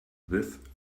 with